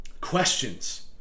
Questions